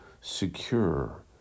secure